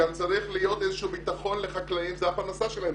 צריך להיות איזשהו ביטחון לחקלאים שזאת הפרנסה שלהם.